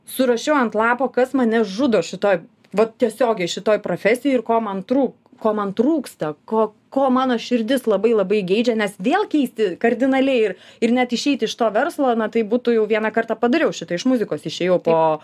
surašiau ant lapo kas mane žudo šitoj va tiesiogiai šitoj profesijoj ir ko man trūk ko man trūksta ko ko mano širdis labai labai geidžia nes vėl keisti kardinaliai ir ir net išeiti iš to verslo na tai būtų jau vieną kartą padariau šitą iš muzikos išėjau po